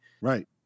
Right